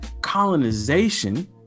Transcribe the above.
Colonization